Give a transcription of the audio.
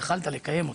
יכולת לקיים אותו,